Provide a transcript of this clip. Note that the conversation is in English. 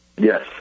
Yes